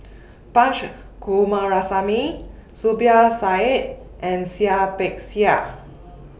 Punch Coomaraswamy Zubir Said and Seah Peck Seah